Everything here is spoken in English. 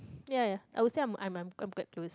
ya I would say I'm I'm